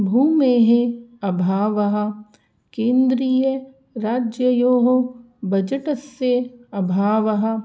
भूमेः अभावः केन्द्रीयराज्ययोः बजटस्य अभावः